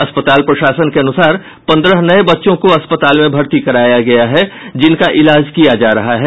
अस्पताल प्रशासन के अनुसार पंद्रह नए बच्चों को अस्पताल में भर्ती कराया गया है जिनका इलाज किया जा रहा है